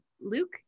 Luke